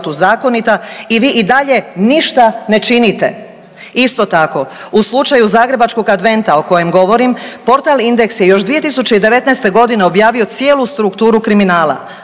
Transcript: i vi i dalje ništa ne činite. Isto tako u slučaju Zagrebačkog adventa o kojem govorim portal Indeks je još 2019.g. objavio cijelu strukturu kriminala,